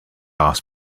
offs